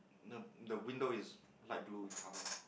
the the windows is light blue in colour